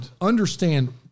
understand